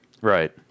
Right